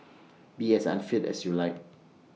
be as unfit as you like